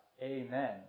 Amen